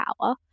power